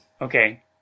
Okay